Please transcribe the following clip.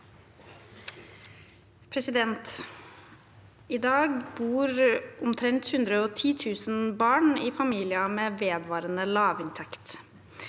I dag bor omtrent 110 000 barn i familier med vedvarende lavinntekt.